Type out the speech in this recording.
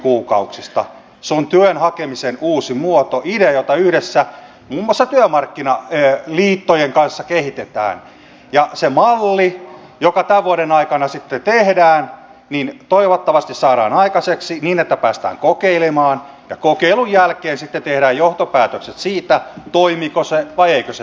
se on työn hakemisen uusi muoto idea jota yhdessä muun muassa työmarkkinaliittojen kanssa kehitetään ja se malli joka tämän vuoden aikana sitten tehdään toivottavasti saadaan aikaiseksi niin että päästään kokeilemaan ja kokeilun jälkeen sitten tehdään johtopäätökset siitä toimiiko se vai eikö se toimi